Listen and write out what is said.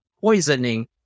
poisoning